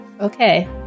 Okay